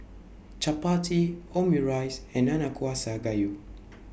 Chapati Omurice and Nanakusa Gayu